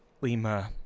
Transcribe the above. Lima